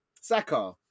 Saka